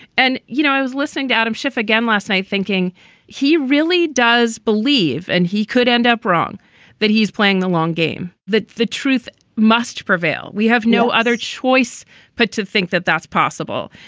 and, you know, i was listening to adam schiff again last night thinking he really does believe and he could end up wrong that he's playing the long game, that the truth must prevail. we have no other choice but to think that that's possible.